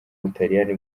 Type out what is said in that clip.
butaliyani